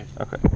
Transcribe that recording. Okay